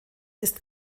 ist